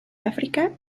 áfrica